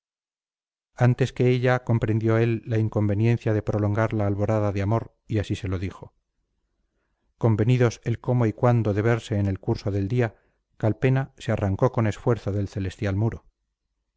antes que ella comprendió él la inconveniencia de prolongar la alborada de amor y así se lo dijo convenidos el cómo y cuándo de verse en el curso del día calpena se arrancó con esfuerzo del celestial muro